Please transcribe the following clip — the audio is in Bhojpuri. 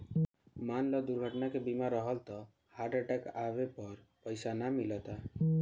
मान ल दुर्घटना के बीमा रहल त हार्ट अटैक आवे पर पइसा ना मिलता